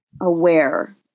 aware